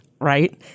right